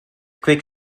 kwik